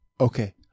Okay